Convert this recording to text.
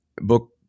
book